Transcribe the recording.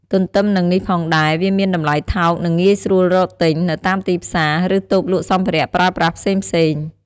ទន្ទឹមនឹងនេះផងដែរ វាមានតម្លៃថោក និងងាយស្រួលរកទិញ នៅតាមទីផ្សារ ឬតូបលក់សម្ភារៈប្រើប្រាស់ផ្សេងៗ។